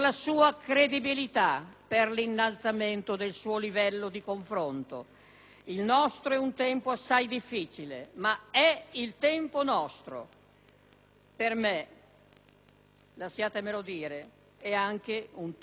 Il nostro è un tempo assai difficile, ma è il tempo nostro. Per me, lasciatemelo dire, è anche un tempo di grazia.